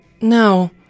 No